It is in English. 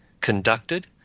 conducted